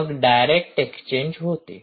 मग direct exchange होते